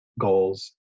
goals